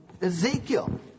Ezekiel